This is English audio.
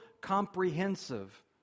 comprehensive